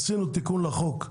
עשינו תיקון לחוק,